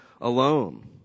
alone